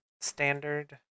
Standard